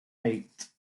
eight